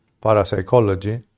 parapsychology